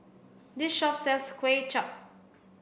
this shop sells kway chap